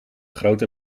grote